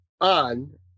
on